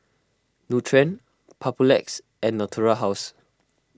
Nutren Papulex and Natura House